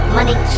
Money